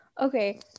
Okay